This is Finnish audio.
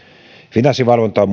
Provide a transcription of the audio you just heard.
finanssivalvonta on